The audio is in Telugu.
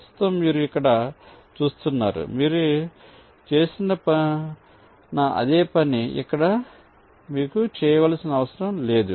ప్రస్తుతం మీరు ఇక్కడ చూస్తున్నారు మీరు చేసిన అదే పని ఇక్కడ మీకు చేయవలసిన అవసరం లేదు